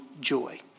joy